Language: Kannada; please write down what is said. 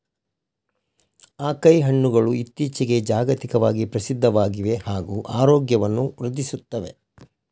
ಆಕೈ ಹಣ್ಣುಗಳು ಇತ್ತೀಚಿಗೆ ಜಾಗತಿಕವಾಗಿ ಪ್ರಸಿದ್ಧವಾಗಿವೆ ಹಾಗೂ ಆರೋಗ್ಯವನ್ನು ವೃದ್ಧಿಸುತ್ತವೆ